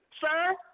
sir